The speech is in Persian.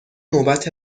نوبت